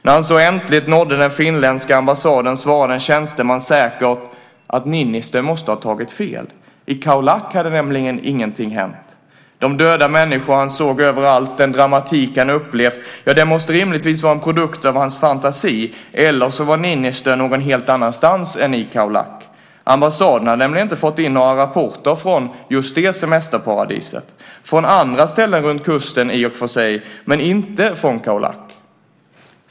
När han så äntligen nådde den finländska ambassaden svarade en tjänsteman säkert att Niinistö måste ha tagit fel. I Khao Lak hade nämligen ingenting hänt. De döda människor han såg överallt och den dramatik han upplevt måste rimligtvis vara en produkt av hans fantasi, eller så var Niinistö någon helt annanstans än i Khao Lak. Ambassaden hade nämligen inte fått in några rapporter från just det semesterparadiset - från andra ställen runt kusten i och för sig, men inte från Khao Lak.